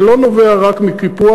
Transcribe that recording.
זה לא נובע רק מקיפוח,